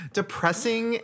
depressing